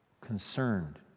concerned